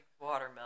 watermelon